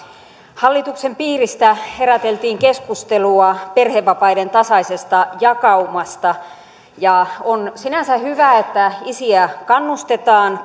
hallituksen piiristä heräteltiin keskustelua perhevapaiden tasaisesta jakaumasta ja on sinänsä hyvä että isiä kannustetaan